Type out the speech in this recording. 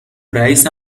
رییس